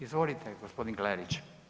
Izvolite gospodin Klarić.